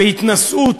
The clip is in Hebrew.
בהתנשאות